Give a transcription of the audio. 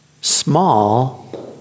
small